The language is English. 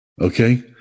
Okay